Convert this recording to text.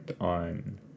on